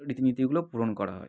রীতিনীতিগুলো পূরণ করা হয়